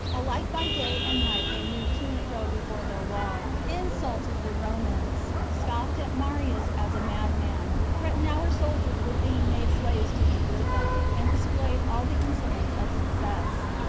alike by day and night they moved to and fro before their wall, insulted the romans, scoffed at marius as a madman, threatened our soldiers with being made slaves to jugurtha, and displayed all the insolence of success.